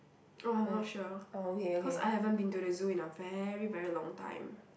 oh I'm not sure cause I haven't been to the zoo in a very very long time